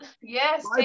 yes